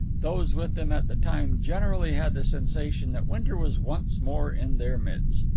those with him at the time generally had the sensation that winter was once more in their midst.